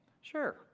Sure